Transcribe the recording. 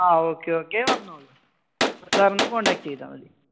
ആ okay okay വന്നോളൂ സാറൊന്ന് കോൺടാക്റ്റ് ചെയ്താൽ മതി